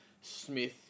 Smith